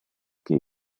qui